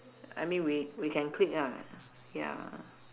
I mean we we can click lah ya